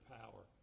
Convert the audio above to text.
power